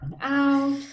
out